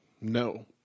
No